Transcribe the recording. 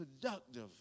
productive